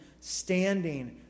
standing